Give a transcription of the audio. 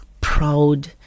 proud